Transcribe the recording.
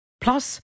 plus